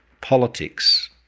politics